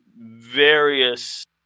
various